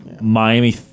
Miami